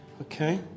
okay